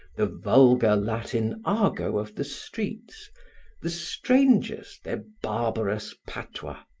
the vulgar latin argot of the streets the strangers, their barbarous patois,